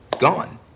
Gone